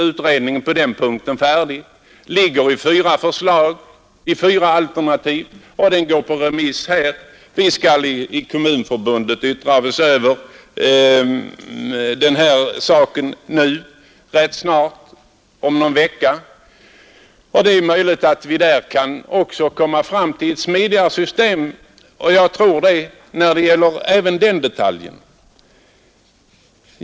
Utredningen på den punkten är faktiskt färdig och håller på att remissbehandlas; Kommunförbundet skall inom någon vecka yttra sig om denna fråga. Det är möjligt att vi kan komma fram till ett smidigare system även när det gäller denna detalj.